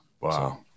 Wow